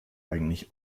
eigentlich